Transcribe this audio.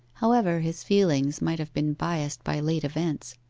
however his feelings might have been biassed by late events.